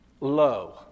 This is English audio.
Low